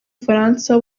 bufaransa